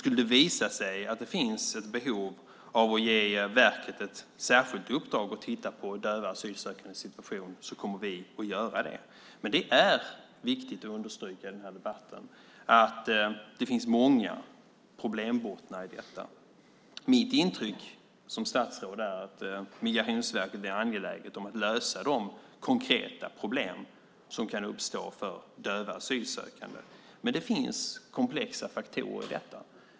Skulle det visa sig att det finns ett behov av att ge verket ett särskilt uppdrag att titta på döva asylsökandes situation kommer vi att göra det. Det är viktigt att i den här debatten understryka att det finns många problembottnar i detta. Mitt intryck som statsråd är att Migrationsverket är angeläget om att lösa de konkreta problem som kan uppstå för döva asylsökande. Men det finns komplexa faktorer i detta.